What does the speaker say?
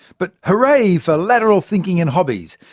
but hoorah for lateral thinking and hobbies.